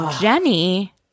Jenny